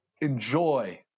enjoy